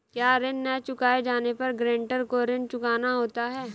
क्या ऋण न चुकाए जाने पर गरेंटर को ऋण चुकाना होता है?